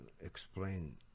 explain